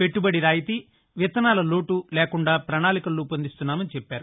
పెట్టుబడి ులా రాయితీ విత్తనాల లోటు లేకుండా ప్రణాళికలు రూపొందిస్తున్నామని తెలిపారు